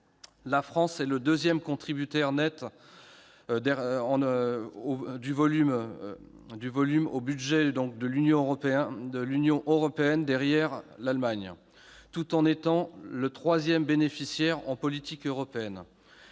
la France est le deuxième contributeur net, en volume, au budget de l'Union européenne, derrière l'Allemagne, tout en étant le troisième bénéficiaire des politiques européennes.